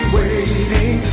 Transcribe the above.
waiting